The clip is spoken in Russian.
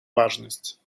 важность